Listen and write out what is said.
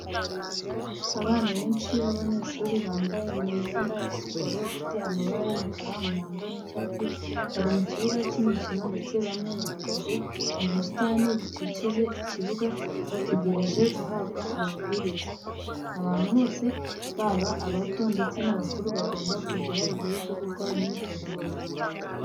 Abana benshi b'abanyeshuri bambaye imyenda ya siporo ifite amabara y'umukara, umuhondo n'icyatsi, bari mu kibuga cy'imikino ndetse bamwe bahagaze mu busitani bukikije ikibuga bategereje guhabwa amabwiriza. Abantu bose, baba abato ndetse n'abakuru bagomba kugira igihe cyo gukora imyitozo ngororamubiri.